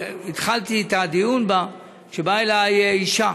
התחלתי את הדיון בה כשבאה אליי אישה,